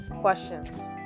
questions